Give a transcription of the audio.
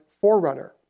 forerunner